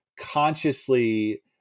consciously